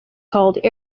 called